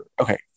Okay